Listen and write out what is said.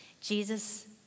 Jesus